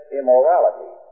immorality